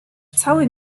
cały